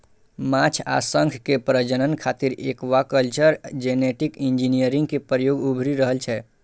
माछ आ शंख के प्रजनन खातिर एक्वाकल्चर जेनेटिक इंजीनियरिंग के प्रयोग उभरि रहल छै